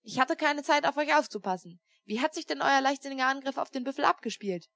ich hatte keine zeit auf euch aufzupassen wie hat sich denn euer leichtsinniger angriff auf den büffel abgespielt